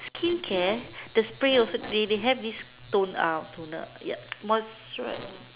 skincare the spray also they they have this tone uh toner ya moisturizer